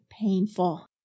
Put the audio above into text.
painful